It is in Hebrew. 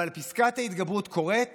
פסקת התגברות קורית